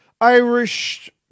Irish